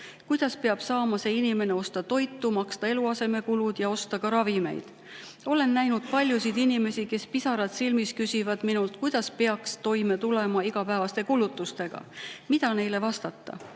Kuidas peab see inimene saama osta toitu, maksta eluasemekulusid ja osta ka ravimeid? Olen näinud paljusid inimesi, kes, pisarad silmis, küsivad minult, kuidas peaks toime tulema igapäevaste kulutustega. Mida neile vastata?